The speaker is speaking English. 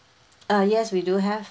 uh yes we do have